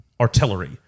artillery